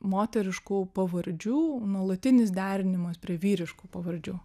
moteriškų pavardžių nuolatinis derinimas prie vyriškų pavardžių